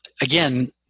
again